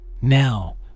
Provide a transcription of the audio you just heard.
Now